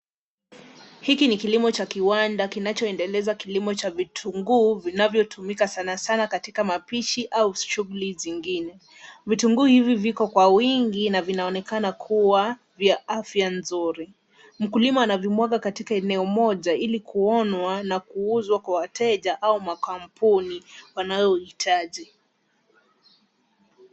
Hiki ni kilimo cha kiwanda kinachoendeleza kilimo cha vitunguu vinavyotumika sana sana katika mapishi au shughuli zingine. Vitunguu hivi viko kwa wingi na vinaonekana kuwa vya afya nzuri. Mkulima anavimwaga katika eneo moja ili kuonwa na kuuzwa kwa wateja au makampuni wanaohitaji.